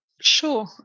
Sure